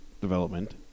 development